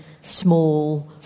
small